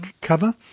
cover